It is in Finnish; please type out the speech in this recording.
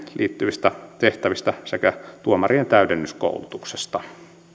liittyvistä tehtävistä sekä tuomareiden täydennyskoulutuksesta